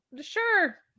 Sure